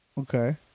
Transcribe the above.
okay